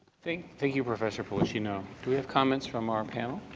thank thank you, professsor pollicino. do we have comments from our panel?